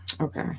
okay